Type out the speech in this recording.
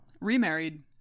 remarried